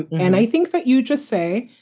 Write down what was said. and i think that you just say,